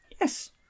Yes